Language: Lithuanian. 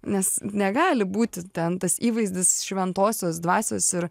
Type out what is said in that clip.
nes negali būti ten tas įvaizdis šventosios dvasios ir